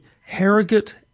Harrogate